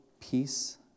peace